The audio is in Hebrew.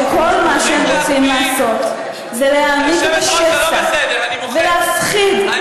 אם את מתכוונת לעורר כאן פרובוקציה, וזאת